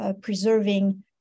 preserving